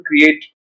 create